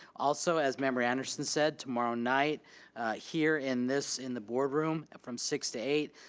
also, as member anderson said, tomorrow night here in this, in the board room from six to eight,